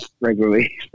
regularly